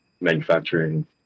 manufacturing